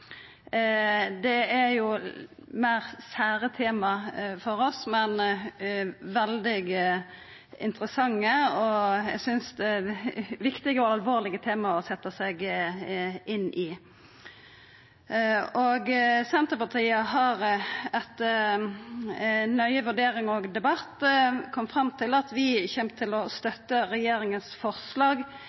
Det er jo meir sære tema for oss, men veldig interessante, og eg synest det er viktige og alvorlege tema å setja seg inn i. Senterpartiet har etter nøye vurdering og debatt kome fram til at vi kjem til å støtta regjeringa sitt forslag